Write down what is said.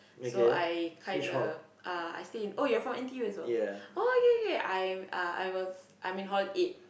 so I kinda uh I stay in oh you're from N_T_U as well oh okay okay I'm uh I was I'm in hall eight